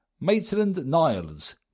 Maitland-Niles